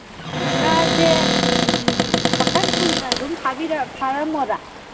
ꯉꯥꯁꯦ ꯃꯈꯟ ꯁꯨꯅ ꯑꯗꯨꯝ ꯐꯥꯔꯝꯃꯣꯔꯥ